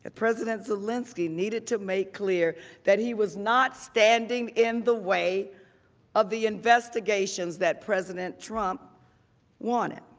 ah president zelensky needed to make clear that he was not standing in the way of the investigations that president trump wanted.